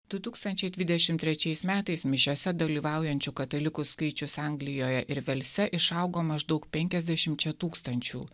du tūkstančiai dvidešimt trečiais metais mišiose dalyvaujančių katalikų skaičius anglijoje ir velse išaugo maždaug penkiasdešimčia tūkstančių